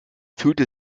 fühlte